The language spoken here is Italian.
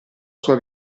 sua